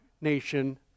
nation